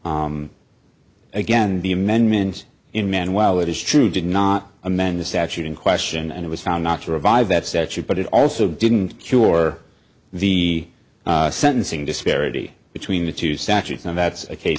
n again the amendment in man well it is true did not amend the statute in question and it was found not to revive that statute but it also didn't cure the sentencing disparity between the two statutes and that's a